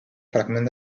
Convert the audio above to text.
fragment